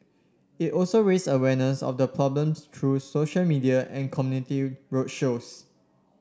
it also raised awareness of the problem through social media and community road shows